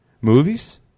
Movies